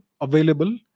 available